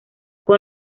con